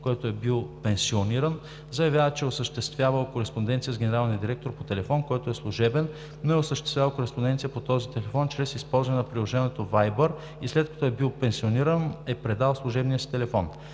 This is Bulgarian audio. който е бил пенсиониран, заявява, че е осъществявал кореспонденция с генералния директор по телефон, който е служебен, но е осъществявал кореспонденция по този телефон чрез използване на приложението Viber и след като е бил пенсиониран, е предал служебния си телефон.